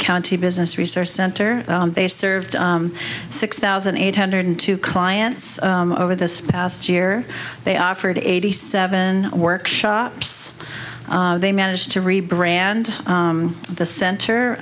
county business research center they served six thousand eight hundred two clients over this past year they offered eighty seven workshops they managed to re brand the center